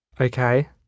Okay